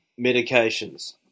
medications